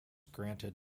granted